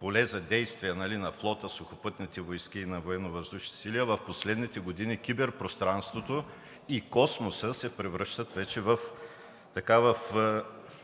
поле за действие на флота, сухопътните войски и на военновъздушните сили, а в последните години киберпространството и космосът се превръщат вече в поле за